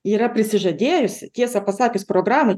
yra prisižadėjusi tiesą pasakius programų čia